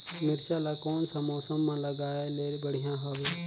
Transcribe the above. मिरचा ला कोन सा मौसम मां लगाय ले बढ़िया हवे